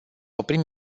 oprim